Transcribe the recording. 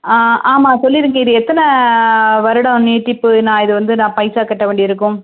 ஆமாம் சொல்லிடுங்க இது எத்தனை வருடம் நீட்டிப்பு நான் இது வந்து நான் பைசா கட்ட வேண்டி இருக்கும்